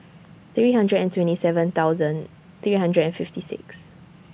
three hundred and twenty seven thousand three hundred and fifty six